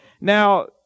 Now